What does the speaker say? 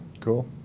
cool